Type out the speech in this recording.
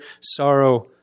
sorrow